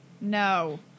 No